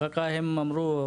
רק הם אמרו.